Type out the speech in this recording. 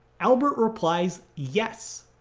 albert replies, yes.